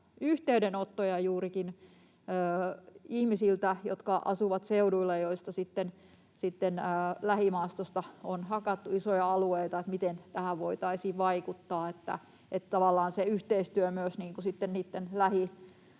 yhteydenottoja juurikin ihmisiltä, jotka asuvat seuduilla ja joiden lähimaastosta on hakattu isoja alueita, siitä, miten tähän voitaisiin vaikuttaa. Tavallaan se yhteistyö myös sitten niitten lähimaastojen